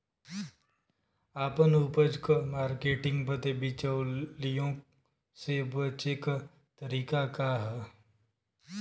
आपन उपज क मार्केटिंग बदे बिचौलियों से बचे क तरीका का ह?